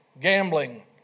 gambling